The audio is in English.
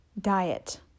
diet